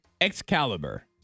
Excalibur